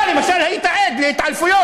אתה למשל היית עד להתעלפויות,